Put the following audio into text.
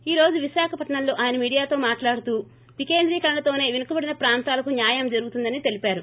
ఈ రోజు విశాఖపట్సంలో ఆయన మీడియాతో మాట్లాడుతూ వికేంద్రీకరణతోసే వెనుకబడిన ప్రాంతాలకు న్యాయం జరుగుతుందని తెలిపారు